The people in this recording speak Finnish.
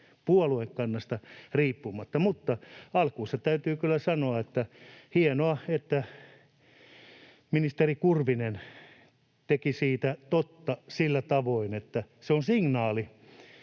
puoluekannasta riippumatta. Alkuunsa täytyy kyllä sanoa, että on hienoa, että ministeri Kurvinen teki siitä totta sillä tavoin, että se on signaali